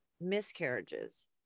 miscarriages